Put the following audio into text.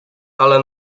ale